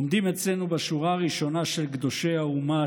עומדים אצלנו בשורה הראשונה של קדושי האומה,